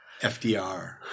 FDR